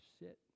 sit